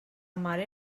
mare